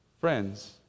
Friends